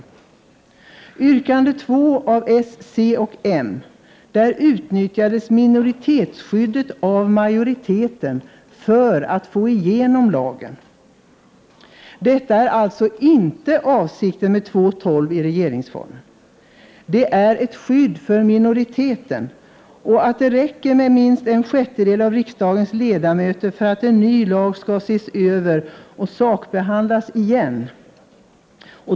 I yrkande 2 av socialdemokraterna, centern och moderaterna utnyttjade majoriteten minoritetsskyddet, för att få igenom lagen. Detta är dock inte avsikten med 2:12 i regeringsformen. Den är ett skydd för minoriteten. Det räcker att minst en sjättedel av riksdagens ledamöter skall enas om ståndpunkten för att en ny lag skall ses över och sakbehandlas igen.